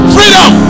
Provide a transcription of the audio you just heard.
Freedom